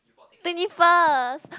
twenty first